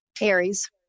Aries